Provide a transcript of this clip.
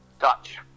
Dutch